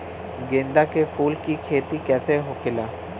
गेंदा के फूल की खेती कैसे होखेला?